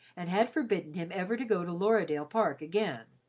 and had forbidden him ever to go to lorridaile park again.